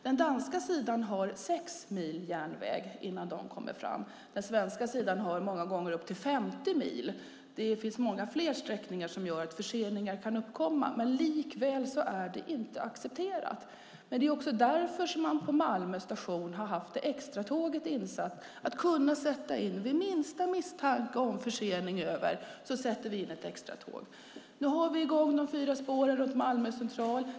Den danska sidan har 6 mil järnväg innan man kommer fram. Den svenska sidan har många gånger upp till 50 mil. Det finns många fler sträckningar som gör att förseningar kan uppkomma. Men likväl är det inte accepterat. Det är också därför som man på Malmö station har haft extratåg att sätta in. Vid minsta misstanke om försening över Sundet sätts det in ett extratåg. Nu har vi de fyra spåren runt Malmö central i gång.